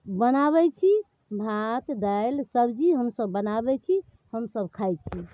बनाबैत छी भात दालि सब्जी हमसब बनाबैत छी हमसब खाइत छी